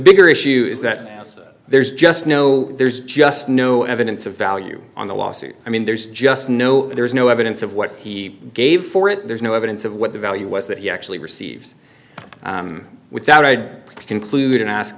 bigger issue is that there's just no there's just no evidence of value on the lawsuit i mean there's just no there's no evidence of what he gave for it there's no evidence of what the value was that he actually received without i'd conclude and ask